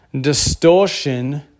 distortion